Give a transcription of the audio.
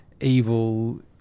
evil